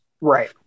Right